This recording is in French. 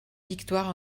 victoire